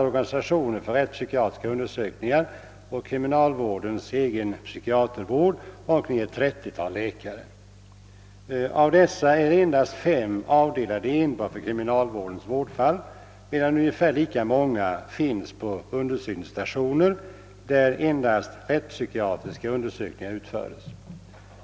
Organisationen för rättspsykiatriska undersökningar samt kriminalvårdens egen psykiatervård omfattar sammanlagt omkring ett trettiotal läkare. Av dessa är endast fem avdelade enbart för kriminalvårdens vårdfall, medan ungefär lika många finns på undersöknings stationer där endast rättspsykiatriska undersökningar utföres.